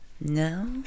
No